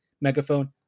Megaphone